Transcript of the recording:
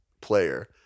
player